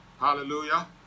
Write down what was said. hallelujah